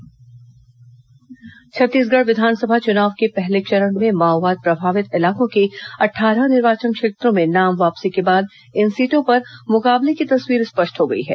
विस चुनाव पहला चरण छत्तीसगढ़ विधानसभा चुनाव के पहले चरण में माओवाद प्रभावित इलाकों के अट्ठारह निर्वाचन क्षेत्रों में नाम वापसी के बाद इन सीटों पर मुकाबले की तस्वीर स्पष्ट हो गई है